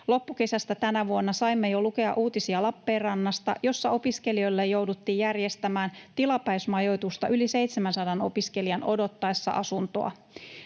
Loppukesästä tänä vuonna saimme jo lukea uutisia Lappeenrannasta, jossa opiskelijoille jouduttiin järjestämään tilapäismajoitusta yli 700 opiskelijan odottaessa asuntoa.